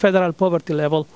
federal poverty level